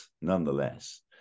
nonetheless